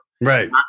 right